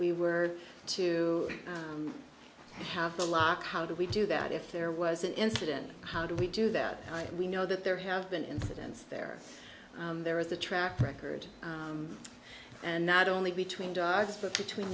we were to have the lock how do we do that if there was an incident how do we do that we know that there have been incidents there there was a track record and not only between between